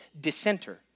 dissenter